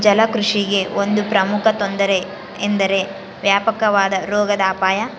ಜಲಕೃಷಿಗೆ ಒಂದು ಪ್ರಮುಖ ತೊಂದರೆ ಎಂದರೆ ವ್ಯಾಪಕವಾದ ರೋಗದ ಅಪಾಯ